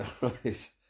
Right